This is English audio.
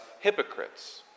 hypocrites